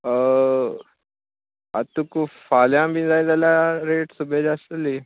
आतां तुका फाल्यां बीन जाय जाल्यार रेट सुबेज आस्तोली